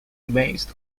based